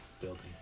building